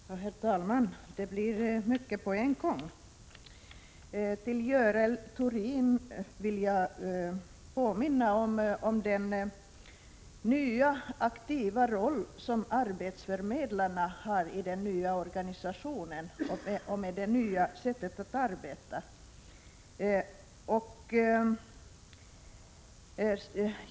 Herr talman! Det blir mycket på en gång. Jag vill påminna Görel Thurdin om den nya, aktiva roll som arbetsförmedlarna har i den nya organisationen med det nya sättet att arbeta.